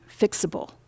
fixable